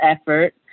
effort